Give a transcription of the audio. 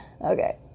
Okay